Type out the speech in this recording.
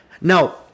Now